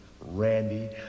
Randy